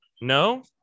no